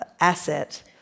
asset